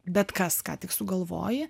bet kas ką tik sugalvoji